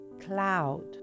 cloud